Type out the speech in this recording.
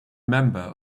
member